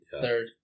Third